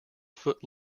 foot